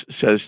says